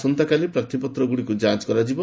ଆସନ୍ତାକାଲି ପ୍ରାର୍ଥୀପତ୍ରଗୁଡ଼ିକର ଯାଞ୍ଚ କରାଯିବ